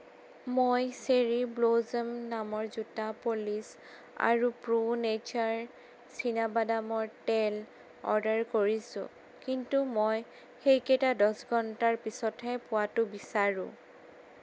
মই cherry blossom নামৰ জোতা পলিচ আৰু প্ৰ' নেচাৰ চীনাবাদামৰ তেল অৰ্ডাৰ কৰিছোঁ কিন্তু মই সেইকেইটা দছ ঘণ্টাৰ পিছতহে পোৱাটো বিচাৰোঁ